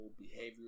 behavior